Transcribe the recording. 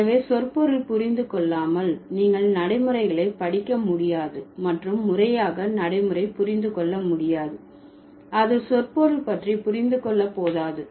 எனவே சொற்பொருள் புரிந்து கொள்ளாமல் நீங்கள் நடைமுறைகளை படிக்க முடியாது மற்றும் முறையாக நடைமுறை புரிந்து கொள்ள முடியாது அது சொற்பொருள் பற்றி புரிந்து கொள்ள போதாது